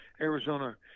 Arizona